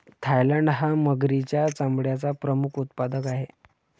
Thailand हा मगरीच्या चामड्याचा प्रमुख उत्पादक आहे